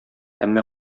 әмма